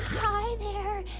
hi there?